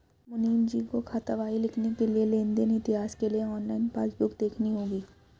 मुनीमजी को खातावाही लिखने के लिए लेन देन इतिहास के लिए ऑनलाइन पासबुक देखनी होगी